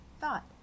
thought